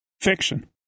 Fiction